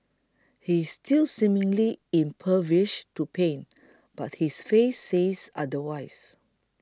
he's still seemingly impervious to pain but his face says otherwise